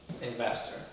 investor